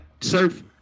surf